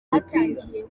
batangiye